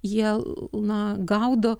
jie na gaudo